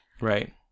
Right